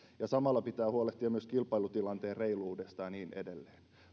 ja samalla pitää huolehtia kilpailutilanteen reiluudesta ja niin edelleen